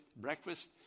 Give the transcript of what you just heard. breakfast